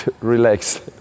relaxed